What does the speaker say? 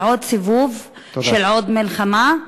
לעוד סיבוב של עוד מלחמה.